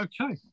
Okay